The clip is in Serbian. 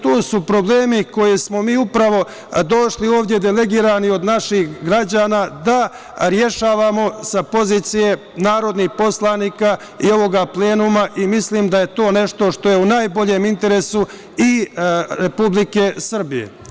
To su problemi za koje smo mi upravo došli ovde delegirani od naših građana da rešavamo sa pozicije narodnih poslanika i ovoga plenuma i mislim da je to nešto što je u najboljem interesu i Republike Srbije.